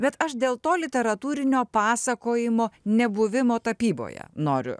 bet aš dėl to literatūrinio pasakojimo nebuvimo tapyboje noriu